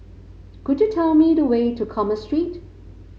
could you tell me the way to Commerce Street